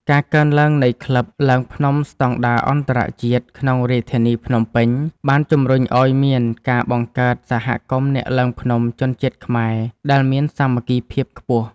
ការកើនឡើងនៃក្លឹបឡើងភ្នំស្ដង់ដារអន្តរជាតិក្នុងរាជធានីភ្នំពេញ បានជំរុញឱ្យមានការបង្កើតសហគមន៍អ្នកឡើងភ្នំជនជាតិខ្មែរដែលមានសាមគ្គីភាពខ្ពស់។